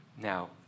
Now